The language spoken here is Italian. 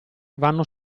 vanno